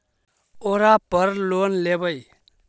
ओरापर लोन लेवै?